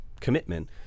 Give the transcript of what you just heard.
commitment